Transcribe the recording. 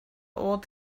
old